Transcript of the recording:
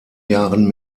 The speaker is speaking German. jahren